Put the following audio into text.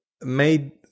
made